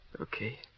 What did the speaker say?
Okay